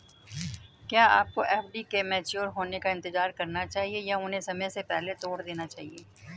क्या आपको एफ.डी के मैच्योर होने का इंतज़ार करना चाहिए या उन्हें समय से पहले तोड़ देना चाहिए?